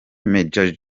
major